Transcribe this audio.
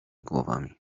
głowami